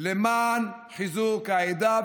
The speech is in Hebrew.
למען חיזוק העדה,